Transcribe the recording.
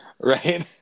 right